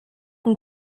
den